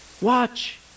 Watch